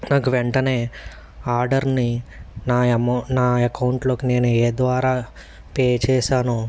నాకు వెంటనే ఆర్డర్ని నా అమౌ నా అకౌంట్లోకి నేను ఏ ద్వారా పే చేశానో